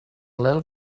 little